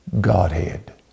Godhead